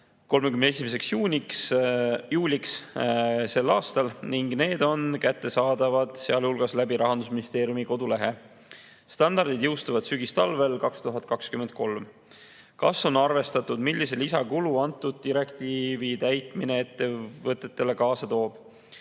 31. juuliks sel aastal ning need on kättesaadavad sealhulgas Rahandusministeeriumi kodulehel. Standardid jõustuvad 2023 sügistalvel. "Kas on arvestatud, millise lisakulu antud direktiivi täitmine ettevõtetele kaasa toob?"